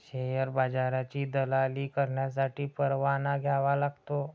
share बाजाराची दलाली करण्यासाठी परवाना घ्यावा लागतो